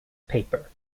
paper